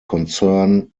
concern